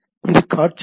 இது காட்சிகள்